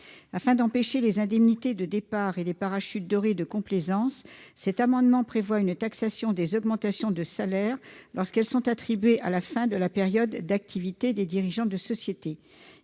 Afin d'empêcher les indemnités de départ et les parachutes dorés de complaisance, l'amendement tend à prévoir une taxation des augmentations de salaires, lorsqu'elles sont attribuées à la fin de la période d'activité des dirigeants de sociétés.